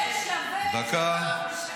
זה שווה --- טיבי,